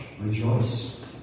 rejoice